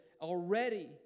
already